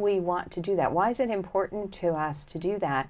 we want to do that why is it important to us to do that